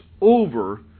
over